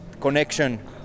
connection